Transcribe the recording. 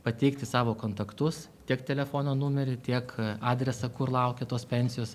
pateikti savo kontaktus tiek telefono numerį tiek adresą kur laukia tos pensijos